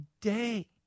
day